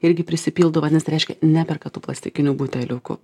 irgi prisipildo vandens tai reiškia neperka tų plastikinių buteliukų